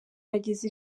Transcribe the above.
ageza